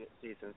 seasons